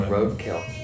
Roadkill